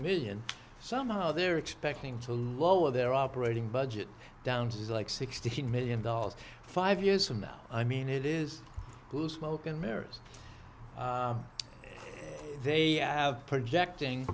million somehow they're expecting to lower their operating budget down to these like sixteen million dollars five years from now i mean it is to smoke and mirrors they have projecting